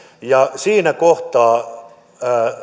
siinä kohtaa